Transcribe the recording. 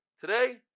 Today